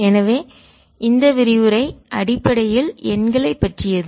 எனவே இந்த விரிவுரை அடிப்படையில் எண்களைப் பற்றியது